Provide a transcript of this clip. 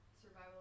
survival